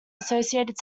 associated